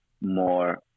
more